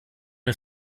den